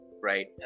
Right